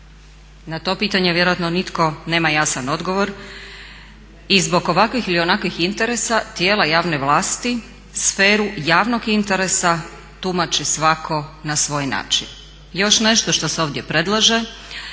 Na to pitanje vjerojatno nitko nema jasan odgovor i zbog ovakvih ili onakvih interesa tijela javne vlasti sferu javnog interesa tumači svako na svoj način. Još nešto što se ovdje predlaže,